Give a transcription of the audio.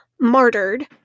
martyred